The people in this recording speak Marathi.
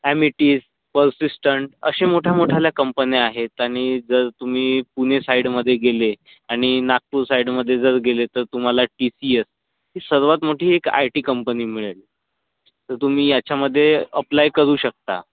ॲमेटीज पर्सिस्टंट असे मोठ्या मोठ्या कंपन्या आहेत आणि जर तुम्ही पुणे साईडमध्ये गेले आणि नागपूर साईडमध्ये जर गेले तर तुम्हाला टी सी एस ही सर्वात मोठी एक आय टी कंपनी मिळेल तर तुम्ही याच्यामध्ये अप्लाय करू शकता